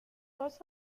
dos